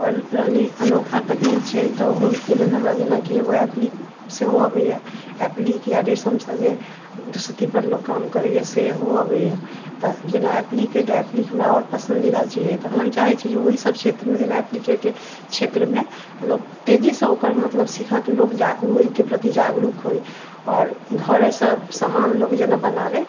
आओर रहलै अनोखा तकनीक छै तऽ ओहिके लेल हमरा जेना एगो एप्लिक सेहो अबैया एप्लिक या रेशमसँ जे लोक काम करैया सेहो अबैया तऽ जेना एप्लिक हमरा आओर पसन्दीदा चीज अछि तऽ हम चाहैत छी जे ओहि सब क्षेत्रमे जेना एप्लीकेके क्षेत्रमे लोक तेजीसँ ओकर मतलब सीखऽके लोक ओहिके प्रति जागरूक होय आओर घरेसँ समान लोक जेना बनाबै